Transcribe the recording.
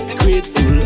grateful